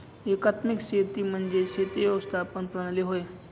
एकात्मिक शेती म्हणजे शेती व्यवस्थापन प्रणाली होय